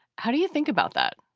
how do you think about that?